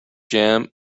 jam